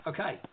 Okay